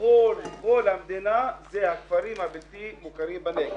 בכל המדינה זה הכפרים הבלתי מוכרים בנגב.